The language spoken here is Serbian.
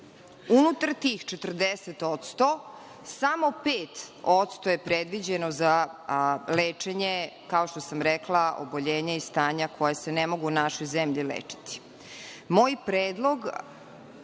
unutar tih 40%, samo 5% je predviđeno za lečenje kao što sam rekla, oboljenja i stanja koja se ne mogu u našoj zemlji lečiti. Moj